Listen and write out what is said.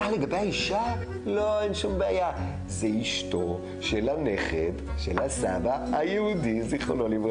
וכמי שעמד בראש המשרד שלנו, חבר הכנסת עודד פורר,